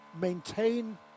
maintain